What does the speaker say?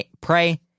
pray